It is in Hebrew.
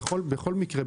בכל מקרה,